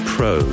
Pro